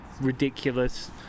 ridiculous